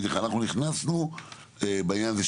אנחנו נכנסנו בעניין הזה,